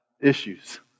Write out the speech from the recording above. issues